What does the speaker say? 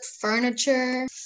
furniture